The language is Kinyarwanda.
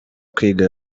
kwiga